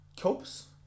Copes